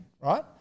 right